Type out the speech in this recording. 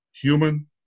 human